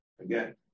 again